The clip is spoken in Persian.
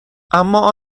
اما